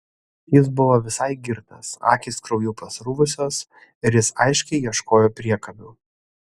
jis buvo visai girtas akys krauju pasruvusios ir jis aiškiai ieškojo priekabių